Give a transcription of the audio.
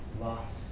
loss